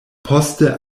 poste